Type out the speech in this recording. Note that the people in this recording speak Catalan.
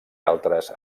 altres